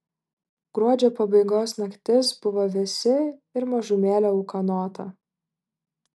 gruodžio pabaigos naktis buvo vėsi ir mažumėlę ūkanota